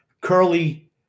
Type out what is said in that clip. Curly